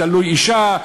תלוי אישה,